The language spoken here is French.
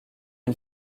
une